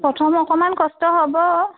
প্ৰথম অকণমান কষ্ট হ'ব